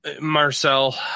Marcel